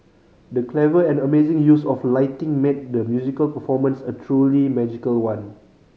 the clever and amazing use of lighting made the musical performance a truly magical one